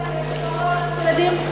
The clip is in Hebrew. מי שאין לה כסף לא יכולה ללדת ילדים?